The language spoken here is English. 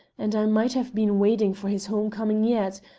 and i might have been waiting for his home-coming yet,